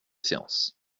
séance